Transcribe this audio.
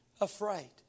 afraid